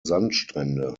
sandstrände